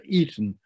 eaten